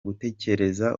gutekereza